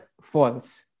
false